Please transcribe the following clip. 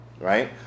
right